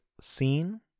scene